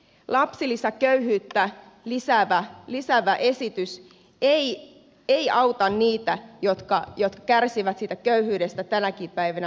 lapsilisäköyhyyttä lisäävä esitys ei auta niitä jotka kärsivät siitä köyhyydestä tänäkin päivänä hyvin paljon